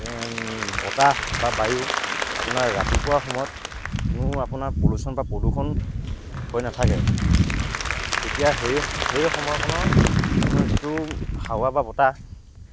বতাহ বা বায়ু আপোনাৰ ৰাতিপুৱাৰ সময়ত কোনো আপোনাৰ পলিউচন বা প্ৰদূষণ হৈ নাথাকে তেতিয়া সেই সেই সময়কণৰ আপোনাৰ যিটো হাৱা বা বতাহ